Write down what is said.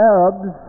Arabs